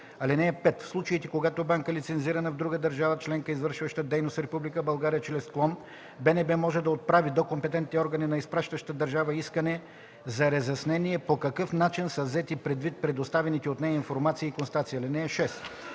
(5) В случаите когато банка, лицензирана в друга държава членка, извършва дейност в Република България чрез клон, БНБ може да отправи до компетентните органи на изпращащата държава искане за разяснения по какъв начин са взети предвид предоставените от нея информация и констатации. (6)